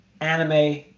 Anime